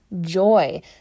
joy